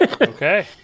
Okay